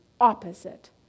opposite